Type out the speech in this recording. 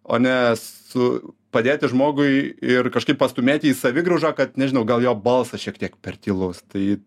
o ne su padėti žmogui ir kažkaip pastūmėti į savigraužą kad nežinau gal jo balsas šiek tiek per tylus tai